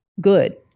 good